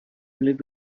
live